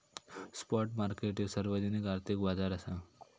spot market ह्यो सार्वजनिक आर्थिक बाजार असा